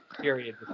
period